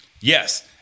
Yes